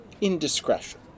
indiscretion